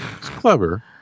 clever